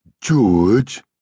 George